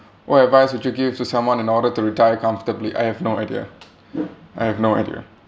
what advice would you give to someone in order to retire comfortably I have no idea I have no idea